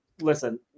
listen